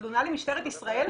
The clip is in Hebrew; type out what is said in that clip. תלונה למשטרת ישראל.